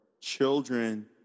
children